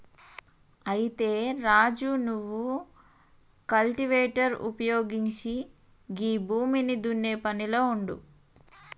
అయితే రాజు నువ్వు కల్టివేటర్ ఉపయోగించి గీ భూమిని దున్నే పనిలో ఉండు